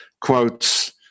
quotes